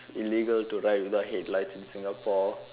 illegal to ride without headlights in Singapore